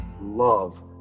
love